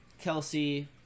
Kelsey